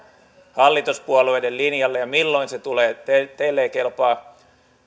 hallituspuolueiden linjalle ja milloin se tulee teille teille ei kelpaa